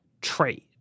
trade